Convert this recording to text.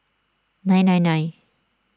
nine nine nine